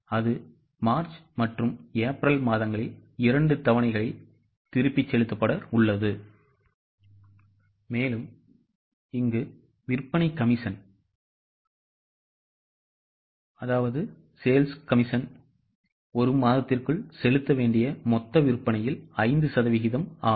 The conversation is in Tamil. அது மார்ச் மற்றும் ஏப்ரல் மாதங்களில் இரண்டு தவணைகளில் திருப்பிச் செலுத்தப்பட உள்ளது விற்பனை கமிஷன் ஒரு மாதத்திற்குள் செலுத்த வேண்டிய மொத்த விற்பனையில் 5 சதவீதம் ஆகும்